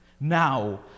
now